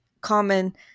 common